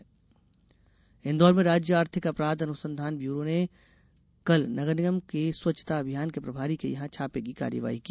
छापा इन्दौर में राज्य आर्थिक अपराध अनुसंधान ब्यूरों ने कल नगरनिगम के स्वच्छता अभियान के प्रभारी के यहां छापे की कार्यवाही की